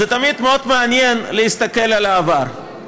תמיד מאוד מעניין להסתכל על העבר.